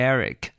Eric